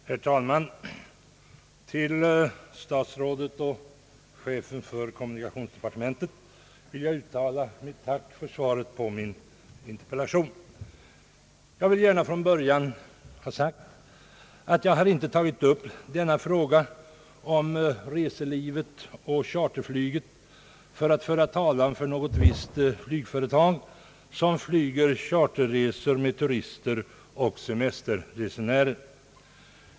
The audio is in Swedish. Herr talman! Till statsrådet och chefen för kommunikationsdepartementet vill jag uttala mitt tack för svaret på min interpellation. Jag vill gärna från början ha sagt att jag inte har tagit upp denna fråga om reselivet och charterflyget i avsikt att föra talan för något visst flygföretag som anordnar charterresor med turister och semesterresenärer.